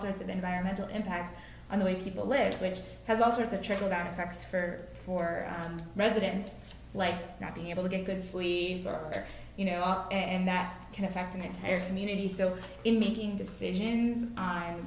sorts of environmental impact on the way people live which has also had to trickle down effects for for president like not being able to get good sleeves are you know and that can affect an entire community still in making decisions on